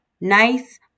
Nice